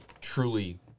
truly